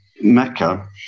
Mecca